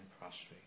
prostrate